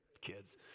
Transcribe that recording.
kids